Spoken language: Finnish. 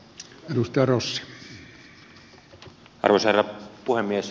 arvoisa herra puhemies